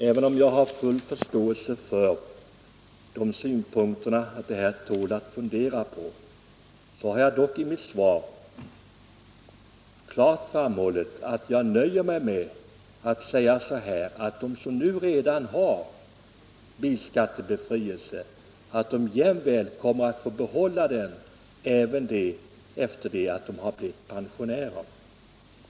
Herr talman! Jag har full förståelse för synpunkten att det här problemet tål att fundera på, men jag har i mitt tack för svaret klart framhållit att jag nöjer mig med att säga att de som redan har bilskattebefrielse bör få behålla den sedan de blivit pensionärer.